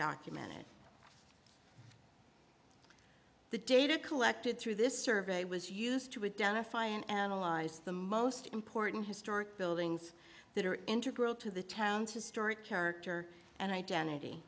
documented the data collected through this survey was used to identify and analyze the most important historic buildings that are integral to the town's historic character and identity